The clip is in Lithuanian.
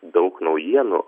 daug naujienų